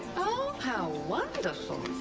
oh, how wonderful.